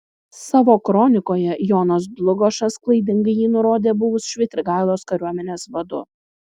savo kronikoje jonas dlugošas klaidingai jį nurodė buvus švitrigailos kariuomenės vadu